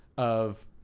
of,